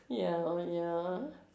ya oh ya